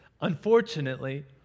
unfortunately